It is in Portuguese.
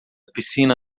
piscina